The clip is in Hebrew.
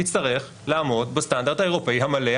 יצטרך לעמוד בסטנדרט האירופאי המלא,